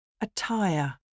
Attire